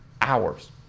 hours